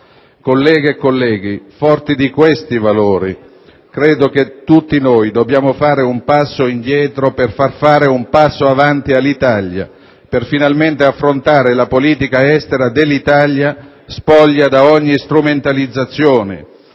Colleghe e colleghi, forti di questi valori, credo che tutti noi dobbiamo fare un passo indietro per far fare un passo avanti all'Italia, per affrontare finalmente la politica estera dell'Italia spoglia da ogni strumentalizzazione